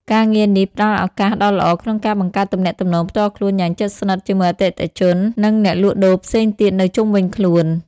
ការងារនេះផ្ដល់ឱកាសដ៏ល្អក្នុងការបង្កើតទំនាក់ទំនងផ្ទាល់ខ្លួនយ៉ាងជិតស្និទ្ធជាមួយទាំងអតិថិជន និងអ្នកលក់ដូរផ្សេងទៀតនៅជុំវិញខ្លួន។